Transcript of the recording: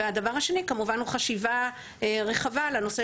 והדבר השני כמובן הוא חשיבה רחבה על הנושא